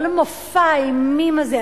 כל מופע האימים הזה,